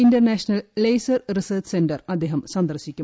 international laser research centre അദ്ദേഹം സന്ദർശിക്കും